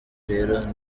rero